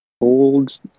old